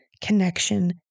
connection